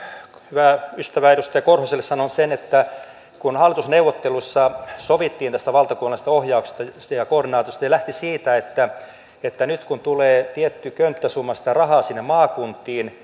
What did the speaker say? hyvälle ystävälle edustaja korhoselle sanon että kun hallitusneuvotteluissa sovittiin tästä valtakunnallisesta ohjauksesta ja koordinaatiosta se lähti siitä että että nyt kun tulee tietty könttäsumma sitä rahaa sinne maakuntiin